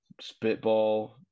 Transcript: spitball